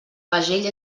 pagell